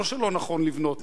לא שלא נכון לבנות.